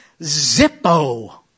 Zippo